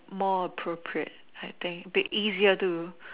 more appropriate I think it'd be easier to